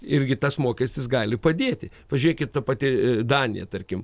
irgi tas mokestis gali padėti pažiūrėkit ta pati danija tarkim